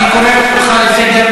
אני קורא אותך לסדר.